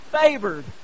favored